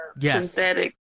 Yes